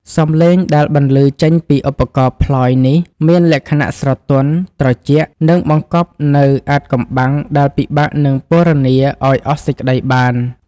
សម្លេងដែលបន្លឺចេញពីឧបករណ៍ផ្លយនេះ មានលក្ខណៈស្រទន់ ត្រជាក់ និងបង្កប់នូវភាពអាថ៌កំបាំងដែលពិបាកនឹងពណ៌នាឲ្យអស់សេចក្ដីបាន។